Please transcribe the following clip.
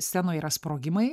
scenoje yra sprogimai